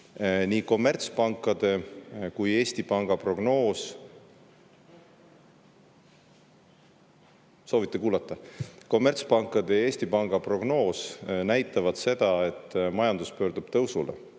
– kommertspankade ja Eesti Panga prognoos näitavad seda, et majandus pöördub tõusule.